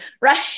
Right